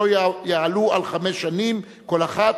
שלא יעלו על חמש שנים כל אחת,